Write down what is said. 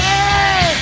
Hey